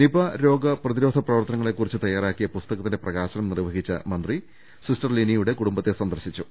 Nipah രോഗ പ്രതിരോധ പ്രവർത്തനങ്ങളെ കുറിച്ച് തയാറാക്കിയ പുസ്തകത്തിന്റെ പ്രകാശനം നിർവഹിച്ച മന്ത്രി സിസ്റ്റർ ലിനിയുടെ കുടുംബത്തെ സന്ദർശിച്ചു